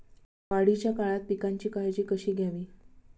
वाढीच्या काळात पिकांची काळजी कशी घ्यावी?